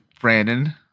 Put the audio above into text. Brandon